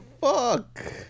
fuck